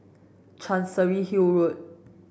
Chancery Hill Road